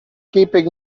keeping